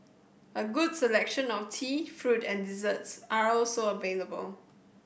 a good selection of tea fruit and desserts are also available